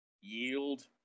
yield